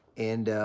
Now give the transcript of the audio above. and